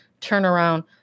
turnaround